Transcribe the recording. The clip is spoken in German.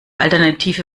alternative